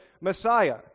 Messiah